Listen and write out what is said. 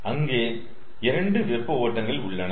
அங்கே 2 வெப்ப ஓட்டங்கள் உள்ளன